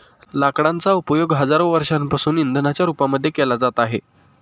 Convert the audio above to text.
लाकडांचा उपयोग हजारो वर्षांपासून इंधनाच्या रूपामध्ये केला जात आहे